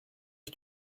que